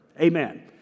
Amen